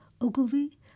Ogilvy